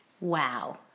wow